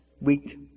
week